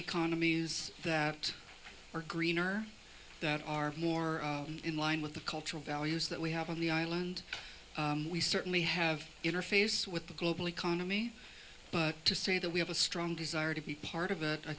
economies that are green or that are more in line with the cultural values that we have on the island we certainly have interface with the global economy but to say that we have a strong desire to be part of it i